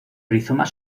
rizomas